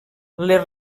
les